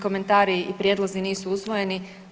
Komentari i prijedlozi nisu usvojeni.